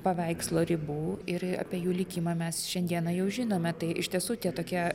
paveikslo ribų ir apie jų likimą mes šiandieną jau žinome tai iš tiesų tie tokie